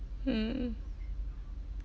mm